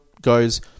goes